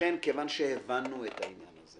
מכיוון שהבנו את העניין הזה